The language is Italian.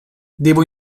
devo